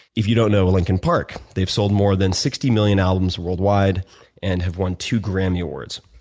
if you don't know linkin park, they've sold more than sixty million albums worldwide and have won two grammy awards.